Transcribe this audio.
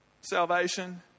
Salvation